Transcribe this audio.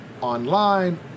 online